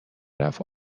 رفت